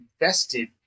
invested